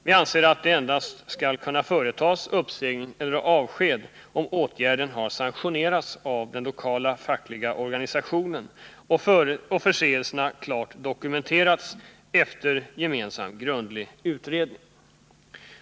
Vi anser att det endast skall kunna företas uppsägning eller avskedande, om åtgärden har sanktionerats av den lokala fackliga organisationen och förseelserna klart dokumenterats efter gemensam grundlig utredning.